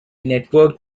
network